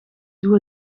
doe